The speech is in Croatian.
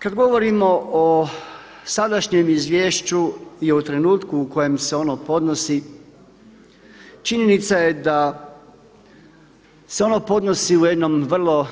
Kada govorimo o sadašnjem izvješću i o trenutku u kojem se ono podnosi, činjenica je da se ono podnosi u jednom vrlo